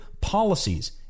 policies